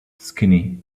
skinny